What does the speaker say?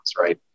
right